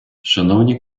шановні